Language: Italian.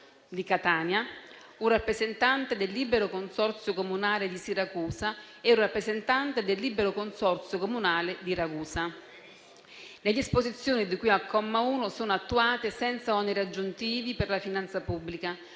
di Catania, un rappresentante del Libero Consorzio comunale di Siracusa e un rappresentante del Libero Consorzio comunale di Ragusa. 2. Le disposizioni di cui al comma 1 sono attuate senza oneri aggiuntivi per la finanza pubblica.